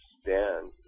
stand